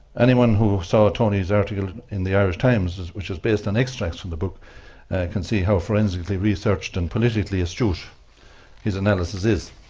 anyone who saw tony's article in the irish times which is based on extracts from the book can see how forensically researched and politically astute his analysis is.